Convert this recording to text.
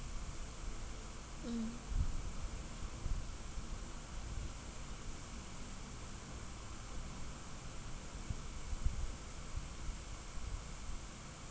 mm